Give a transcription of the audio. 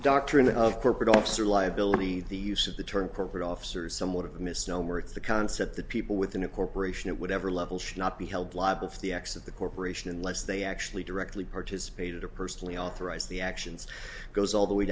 doctrine of corporate officer liability the use of the term corporate officers somewhat of a misnomer it's the concept that people within a corporation it whatever level should not be held liable for the acts of the corporation unless they actually directly participated or personally authorized the actions goes all the way